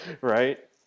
right